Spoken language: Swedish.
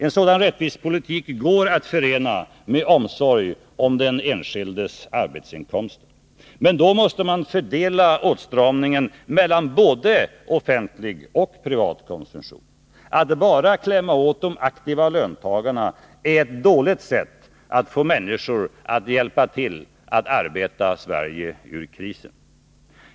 En sådan rättvis politik går att förena med omsorg om den enskildes arbetsinkomster. Men då måste man fördela åtstramningen mellan både offentlig och privat konsumtion. Att bara klämma åt de aktiva löntagarna är ett dåligt sätt att få människor att hjälpa till att arbeta Sverige ur krisen.